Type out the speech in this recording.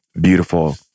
beautiful